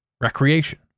Recreation